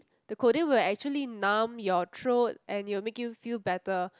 the codeine will actually numb your throat and it will make you feel better